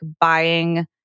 buying